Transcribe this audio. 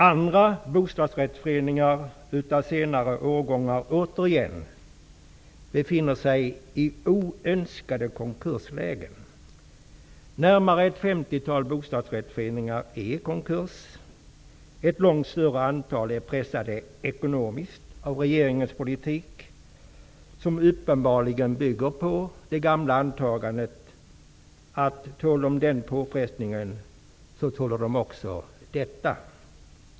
Andra bostadsrättsföreningar av senare årgångar befinner sig i oönskade konkurslägen. Närmare ett femtiotal bostadsrättsföreningar är i konkurs, ett långt större antal är pressade ekonomiskt av regeringens politik, som uppenbarligen bygger på det gamla antagandet att tål de den påfrestningen så tål de också detta.